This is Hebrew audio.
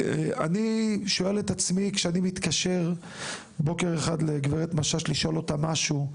כשאני מתקשר בוקר אחד לגברת משש לשאול אותה משהו,